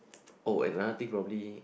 oh and another thing probably